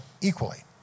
equally